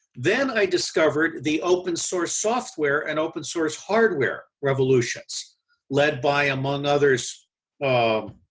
then i discovered the open source software and open source hardware revolutions led by among others um